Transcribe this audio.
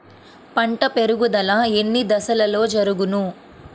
పంట పెరుగుదల ఎన్ని దశలలో జరుగును?